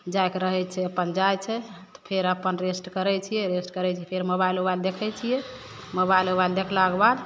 जाइके रहय छै अपन जाइ छै फेर अपन रेस्ट करय छियै रेस्ट करय छियै फेर मोबाइल उबाइल देखय छियै मोबाइल उबाइल देखलाके बाद